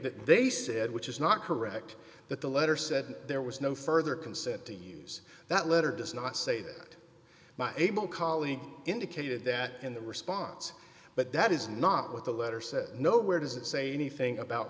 that they said which is not correct that the letter said there was no further consent to use that letter does not say that my able colleague indicated that in the response but that is not what the letter says nowhere does it say a